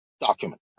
document